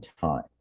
time